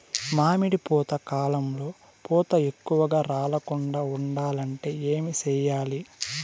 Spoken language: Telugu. మామిడి పూత కాలంలో పూత ఎక్కువగా రాలకుండా ఉండాలంటే ఏమి చెయ్యాలి?